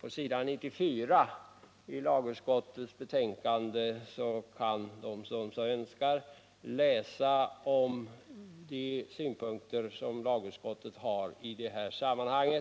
På s. 94 i lagutskottets betänkande kan de som så önskar läsa om lagutskottets synpunkter i detta sammanhang.